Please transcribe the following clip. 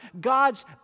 God's